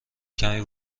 کمی